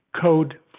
code